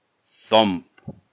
thump